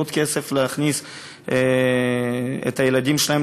עוד כסף להכניס את הילדים שלהם,